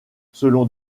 selon